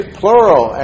plural